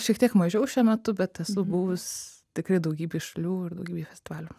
šiek tiek mažiau šiuo metu bet esu buvus tikrai daugybėj šalių ir daugybėj festivalių